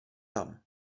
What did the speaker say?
tam